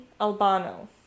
Albano